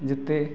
ଯେତେ